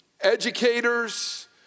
educators